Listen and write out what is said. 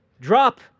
drop